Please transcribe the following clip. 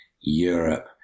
europe